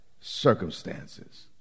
circumstances